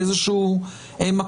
באיזה שהוא מקום.